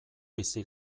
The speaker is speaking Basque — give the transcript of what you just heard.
bizi